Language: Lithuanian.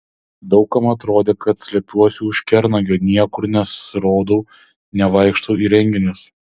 daug kam atrodė kad slepiuosi už kernagio niekur nesirodau nevaikštau į renginius